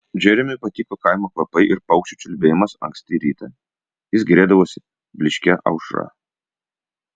džeremiui patiko kaimo kvapai ir paukščių čiulbėjimas anksti rytą jis gėrėdavosi blyškia aušra